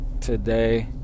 today